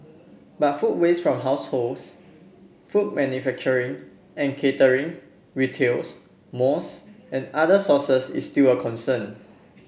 but food waste from households food manufacturing and catering retails malls and other sources is still a concern